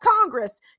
Congress